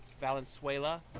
Valenzuela